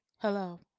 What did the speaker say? hello